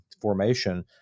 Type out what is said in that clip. formation